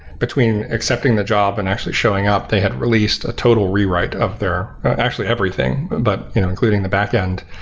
between accepting the job and actually showing up, they had released a total rewrite of their actually, everything, but including the backend.